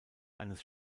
eines